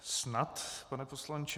Snad, pane poslanče.